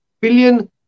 billion